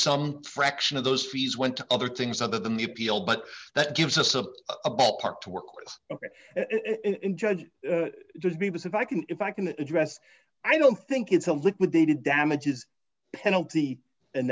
some fraction of those fees went to other things other than the appeal but that gives us a ballpark to work with and judge me but if i can if i can address i don't think it's a liquidated damages penalty and